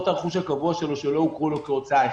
הרכוש הקבוע שלו שלא הוכרו לו כהוצאה.